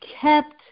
kept